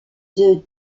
the